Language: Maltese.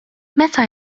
meta